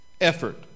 effort